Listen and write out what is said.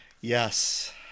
Yes